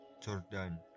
Jordan